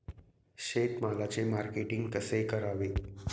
शेतमालाचे मार्केटिंग कसे करावे?